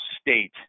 state